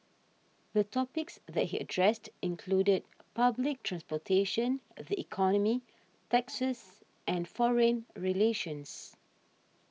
the topics that he addressed included public transportation the economy taxes and foreign relations